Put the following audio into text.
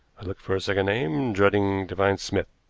i looked for a second name, dreading to find smith.